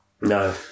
No